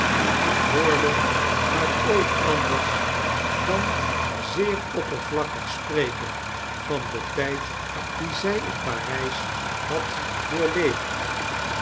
haar ooit anders dan zeer oppervlakkig spreken van den tyd dien zy in par y s had doorleefd